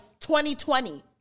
2020